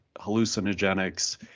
hallucinogenics